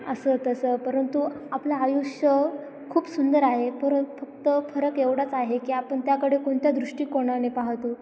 असं तसं परंतु आपलं आयुष्य खूप सुंदर आहे पर फक्त फरक एवढाच आहे की आपण त्याकडे कोणत्या दृष्टिकोणाने पाहतो